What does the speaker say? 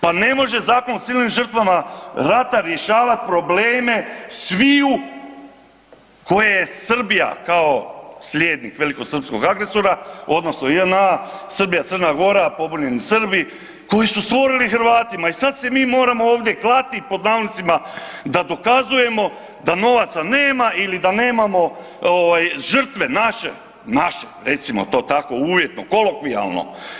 Pa ne može Zakon o civilnim žrtvama rata rješavat problema sviju koje je Srbija kao slijednik velikosrpskog agresora odnosno JNA, Srbija, Crna Gora, pobunjeni Srbi koji su stvorili Hrvatima i sad se mi moramo ovdje „klati“ da dokazujemo da novaca nema ili da nemamo žrtve naše, naše recimo to tako uvjetno, kolokvijalno.